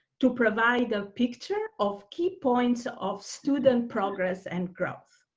to provide a picture of key points of student progress and growth.